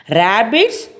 rabbits